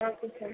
okay sir